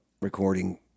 recording